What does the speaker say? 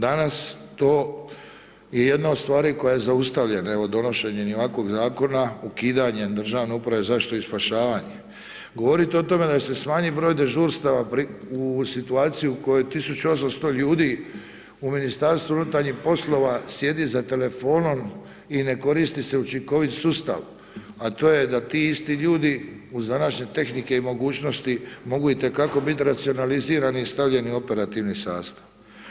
Danas to je jedna od stvari koja je zaustavljena, evo donošenjem i ovakvog zakona, ukidanjem Državne uprave za zaštitu i spašavanje, govorit o tome da se smanji broj dežurstava u situaciji u kojoj 1800 ljudi u MUP-u sjedi za telefonom i ne koristi se učinkovit sustav a to je da ti isti ljudi uz današnje tehnike i mogućnosti, mogu itekako biti racionalizirani i stavljeni u operativni sastav.